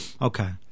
okay